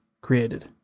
created